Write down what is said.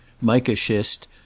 mica-schist